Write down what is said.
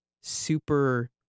super